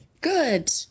Good